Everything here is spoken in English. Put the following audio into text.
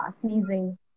sneezing